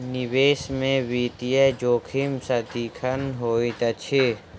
निवेश में वित्तीय जोखिम सदिखन होइत अछि